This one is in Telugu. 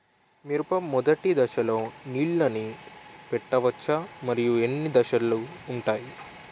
మిరప మొదటి దశలో నీళ్ళని పెట్టవచ్చా? మరియు ఎన్ని దశలు ఉంటాయి?